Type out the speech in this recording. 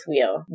wheel